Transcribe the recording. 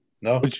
No